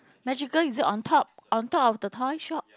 magical is it on top on top of the toy shop